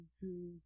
two